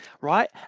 right